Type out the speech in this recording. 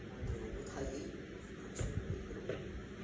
गन्द्रायावबो थायो ओंखाम संनायफोरावबो